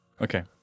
Okay